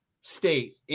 state